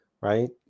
right